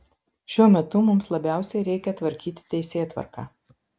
šiuo metu mums labiausiai reikia tvarkyti teisėtvarką